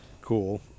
cool